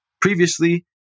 Previously